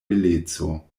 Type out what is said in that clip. beleco